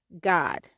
God